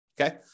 Okay